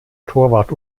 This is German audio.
torwart